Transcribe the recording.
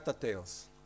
Tales